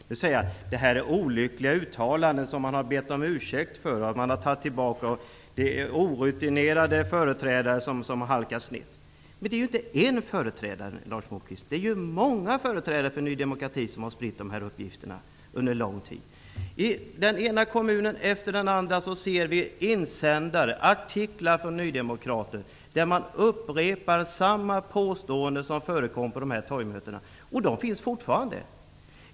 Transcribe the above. Nu säger han att det är olyckliga uttalanden, som man har bett om ursäkt för och tagit tillbaka, och att de kommer från orutinerade företrädare som har halkat snett. Men det är inte en företrädare för Ny demokrati som har spritt dessa uppgifter under lång tid, Lars Moquist, utan många! I den ena kommunen efter den andra skriver nydemokrater insändare och artiklar där de påståenden som förekom på torgmötena upprepas. Dessa påståenden görs fortfarande.